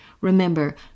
Remember